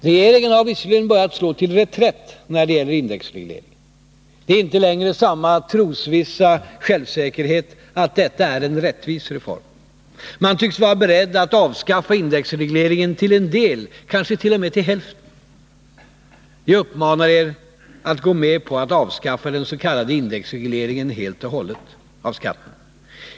Regeringen har visserligen börjat slå till reträtt när det gäller indexregleringen. Det är inte längre samma trosvissa självsäkerhet att detta är en rättvis reform. Man tycks vara beredd att avskaffa indexregleringen till en del, kanske t.o.m. till hälften. Jag uppmanar er att gå med på att avskaffa den s.k. indexregleringen av skatteskalorna helt och hållet.